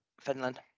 Finland